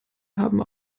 haben